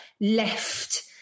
left